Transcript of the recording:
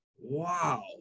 Wow